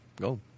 Go